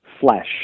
flesh